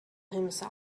himself